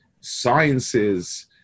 Sciences